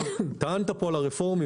טענת פה על הרפורמים.